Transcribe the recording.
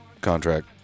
contract